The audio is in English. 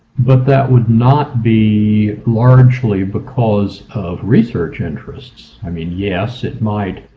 but that would not be largely because of research interests. i mean yes it might